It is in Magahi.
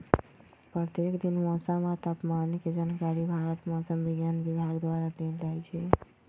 प्रत्येक दिन मौसम आ तापमान के जानकारी भारत मौसम विज्ञान विभाग द्वारा देल जाइ छइ